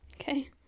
Okay